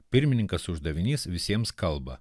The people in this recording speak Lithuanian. pirmininkas uždavinys visiems kalba